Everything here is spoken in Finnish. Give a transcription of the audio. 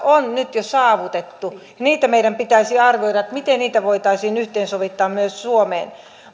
on nyt jo saavutettu meidän pitäisi arvioida miten niitä voitaisiin yhteensovittaa myös suomeen